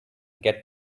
get